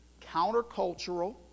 countercultural